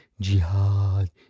Jihad